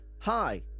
Hi